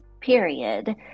period